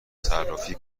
صرافی